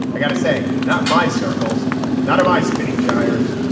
got to say not my circles not of my spinning gyres.